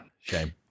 shame